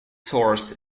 source